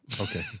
Okay